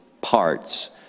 parts